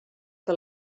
que